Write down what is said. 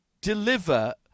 deliver